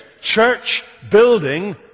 church-building